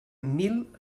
mil